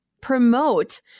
promote